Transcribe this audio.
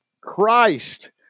Christ